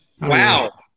Wow